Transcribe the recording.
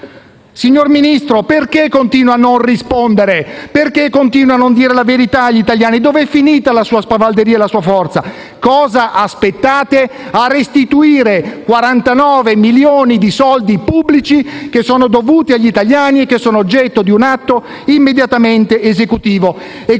Signor Ministro, perché continua a non rispondere? Perché continua a non dire la verità agli italiani? Dove sono finite la sua spavalderia e la sua forza? Cosa aspettate a restituire 49 milioni di soldi pubblici che sono dovuti agli italiani e che sono oggetto di un atto immediatamente esecutivo?